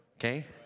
okay